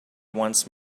once